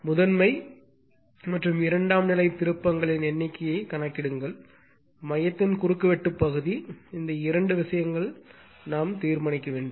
முதன்மை மற்றும் இரண்டாம் நிலை திருப்பங்களின் எண்ணிக்கையை கணக்கிடுங்கள் மையத்தின் குறுக்கு வெட்டு பகுதி இந்த இரண்டு விஷயங்கள் நாம் தீர்மானிக்க வேண்டும்